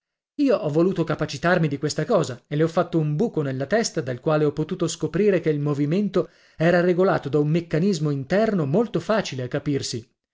io ho voluto capacitarmi di questa cosa e le ho fatto un buco nella testa dal quale ho potuto scoprire che il movimento era regolato da un meccanismo interno molto facile a capirsi